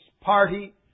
party